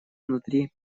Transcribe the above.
внутри